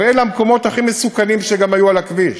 אבל אלה המקומות הכי מסוכנים שהיו על הכביש.